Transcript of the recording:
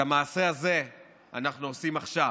את המעשה הזה אנחנו עושים עכשיו.